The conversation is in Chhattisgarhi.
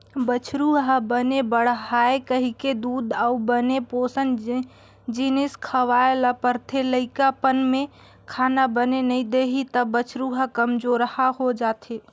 बछरु ह बने बाड़हय कहिके दूद अउ बने पोसन जिनिस खवाए ल परथे, लइकापन में खाना बने नइ देही त बछरू ह कमजोरहा हो जाएथे